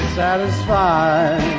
satisfied